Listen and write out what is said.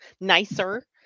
nicer